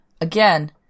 again